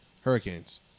Hurricanes